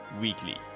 weekly